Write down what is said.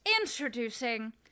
introducing